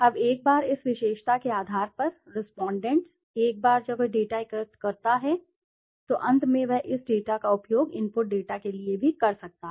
अब एक बार इस विशेषता के आधार पर रेस्पोंडेंट एक बार जब वह डेटा एकत्र करता है तो अंत में वह इस डेटा का उपयोग इनपुट डेटा के लिए भी कर सकता है